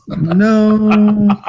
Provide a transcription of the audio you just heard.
No